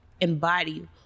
embody